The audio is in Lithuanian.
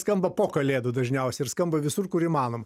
skamba po kalėdų dažniausiai ir skamba visur kur įmanoma